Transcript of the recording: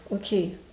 okay